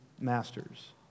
masters